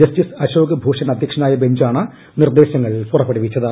justice Ashok Bhushan അധ്യക്ഷനായ ബെഞ്ചാണ് നിർദേശങ്ങൾ പുറപ്പെടുവിച്ചത്